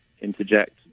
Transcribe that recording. interject